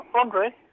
Andre